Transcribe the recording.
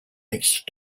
mixed